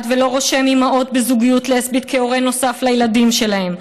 ולא רושם אימהות בזוגיות לסבית כהורה נוסף לילדים שלהם,